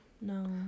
No